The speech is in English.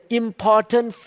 important